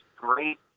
great